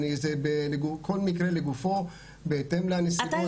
כל מקרה לגופו בהתאם לנסיבות.